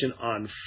on